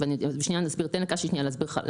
אבל תן שנייה לקאשי להסביר לך.